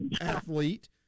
athlete